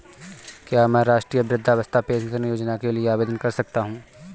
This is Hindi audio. क्या मैं राष्ट्रीय वृद्धावस्था पेंशन योजना के लिए आवेदन कर सकता हूँ?